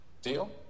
Deal